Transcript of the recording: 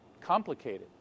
complicated